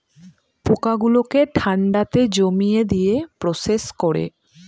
পোকা গুলোকে ঠান্ডাতে জমিয়ে দিয়ে প্রসেস করে